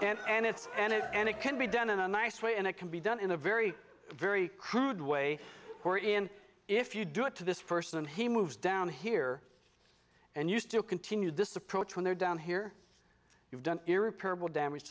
awesome and it's and it and it can be done in a nice way and it can be done in a very very crude way or even if you do it to this person he moves down here and you still continue this approach when they're down here you've done irrepairable damage